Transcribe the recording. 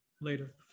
later